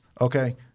Okay